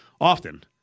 often